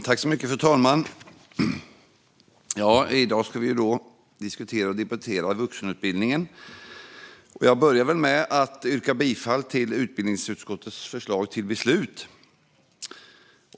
Fru talman! I dag ska vi återigen diskutera och debattera vuxenutbildningen. Jag börjar med att yrka bifall till utbildningsutskottets förslag till beslut.